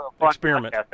experiment